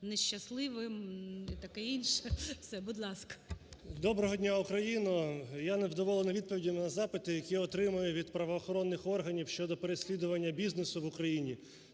не щасливим і таке інше. Все, будь ласка. 12:38:36 ЛЕЩЕНКО С.А. Доброго дня, Україно! Я невдоволений відповідями на запити, які отримую від правоохоронних органів щодо переслідування бізнесу в Україні,